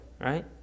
right